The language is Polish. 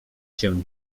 się